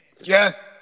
Yes